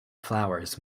flowers